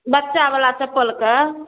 बच्चावला चप्पलके